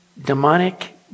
demonic